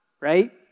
Right